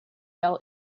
fell